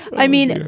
i mean,